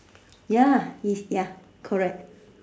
ya is ya correct